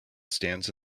stands